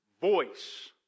voice